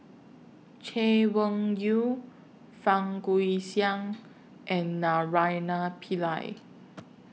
Chay Weng Yew Fang Guixiang and Naraina Pillai